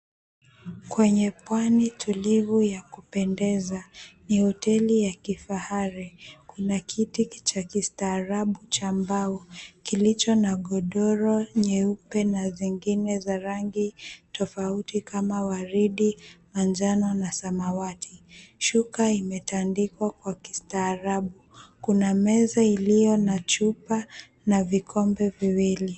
Kwenye Pwani tulivu ya kupendeza ya hoteli ya kifahari kuna kiti cha kistarabu cha mbao kilicho na godoro nyeupe na zingine za rangi tofauti kama waridi, manjano na samawati. Shuka imetandikwa kwa kistarabu kuna meza iliyo na chupa na vikombe viwili.